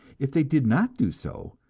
if they did not do so,